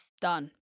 done